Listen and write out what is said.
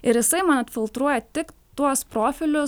ir jisai man atfiltruoja tik tuos profilius